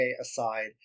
aside